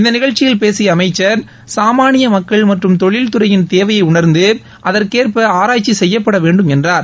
இந்த நிகழ்ச்சியில் பேசிய அமைச்சர் சாமாளிய மக்கள் மற்றும் தொழில்துறையின் தேவையை உணர்ந்து அதற்கேற்ப ஆராய்ச்சி செய்யப்படவேண்டும் என்றார்